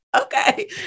okay